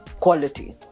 Quality